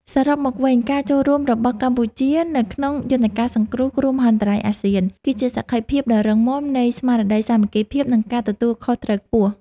សរុបមកវិញការចូលរួមរបស់កម្ពុជានៅក្នុងយន្តការសង្គ្រោះគ្រោះមហន្តរាយអាស៊ាន គឺជាសក្ខីភាពដ៏រឹងមាំនៃស្មារតីសាមគ្គីភាព និងការទទួលខុសត្រូវខ្ពស់។